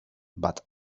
but